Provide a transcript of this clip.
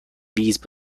these